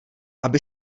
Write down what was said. aby